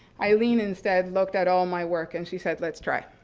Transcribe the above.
eileen instead looked at all my work and she said, let's try,